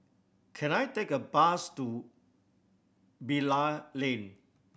can I take a bus to Bilal Lane